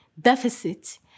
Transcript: deficit